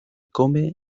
come